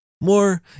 more